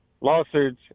lawsuits